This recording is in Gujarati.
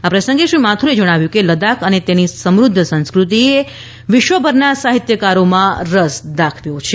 આ પ્રસંગે શ્રી માથુરે જણાવ્યું હતું કે લદાખ અને તેની સમૃદ્ધ સંસ્કૃતિમાં વિશ્વભરના સાહિત્યકારોએ રસ દાખવ્યો છે